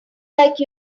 like